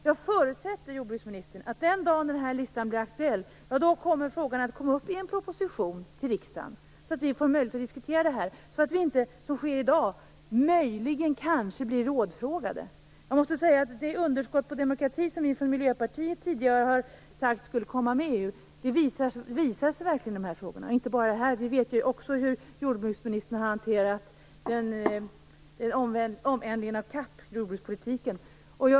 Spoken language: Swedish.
Jag förutsätter, jordbruksministern, att den dag då den här listan blir aktuell kommer frågan upp i en proposition till riksdagen så att vi får möjlighet att diskutera den. Det får inte bli som i dag, att riksdagen möjligen kanske blir rådfrågad. Det underskott på demokrati som vi från Miljöpartiet tidigare har sagt skulle komma i och med EU visar sig verkligen i de här frågorna. Och det gäller inte bara de här frågorna - vi vet ju också hur jordbruksministern har hanterat omläggningen av CAP och jordbrukspolitiken.